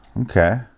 Okay